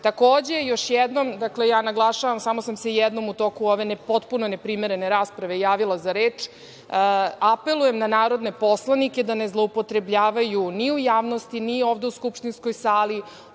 još jednom, dakle ja naglašavam, samo sam se jednom u toku ove potpuno ne primerene rasprave javila za reč, apelujem na narodne poslanike da ne zloupotrebljavaju ni u javnosti, ni ovde u skupštinskoj sali